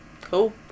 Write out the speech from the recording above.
cool